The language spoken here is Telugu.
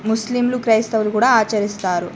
ముస్లింలు క్రైస్తవులు కూడా ఆచరిస్తారు